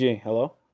hello